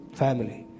family